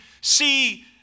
see